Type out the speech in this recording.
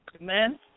Amen